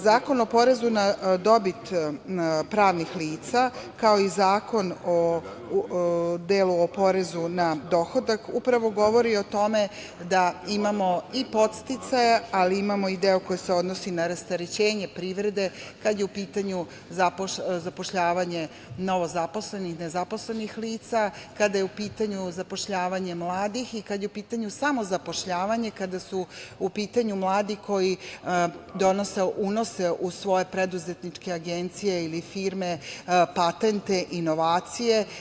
Zakon o porezu na dobit pravnih lica, kao i Zakon o porezu na dohodak upravo govore o tome da imamo i podsticaja, ali imamo i deo koji se odnosi na rasterećenje privrede kada je u pitanju zapošljavanje novozaposlenih, nezaposlenih lica, kada je u pitanju zapošljavanje mladih i kada je u pitanju samozapošljavanje, kada su pitanju mladi koji donose, unose u svoje preduzetničke agencije ili firme patente, inovacije.